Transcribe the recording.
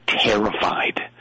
terrified